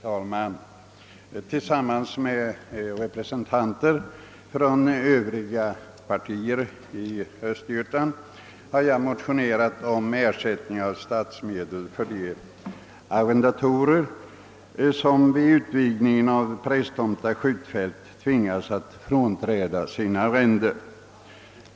Herr talman! Tillsammans med representanter för övriga partier i Östergötland har jag motionerat om ersättning av statsmedel till de arrendatorer som vid utvidgningen av Prästtomta skjutfält tvingats frånträda sina arrenden.